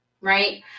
right